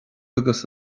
agus